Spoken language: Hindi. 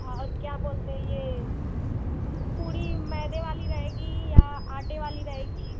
और क्या बोलते ये पूड़ी मैदे वाली रहेगी या आटे वाली रहेगी